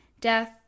Death